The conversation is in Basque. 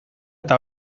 eta